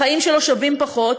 החיים שלו שווים פחות.